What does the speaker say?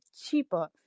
cheaper